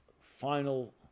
final